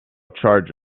charge